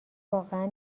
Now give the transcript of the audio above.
واقعا